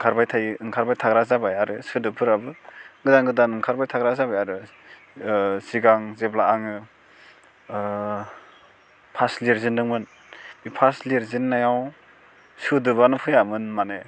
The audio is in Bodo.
ओंखारबाय थायो ओंखारबाय थाग्रा जाबाय आरो सोदोबफोराबो गोदान गोदान ओंखारबाय थाग्रा जाबाय आरो सिगां जेब्ला आङो फार्स्त लिरजेनदोंमोन बे फार्स्त लिरजेनायाव सोदोबानो फैयामोन माने